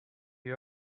you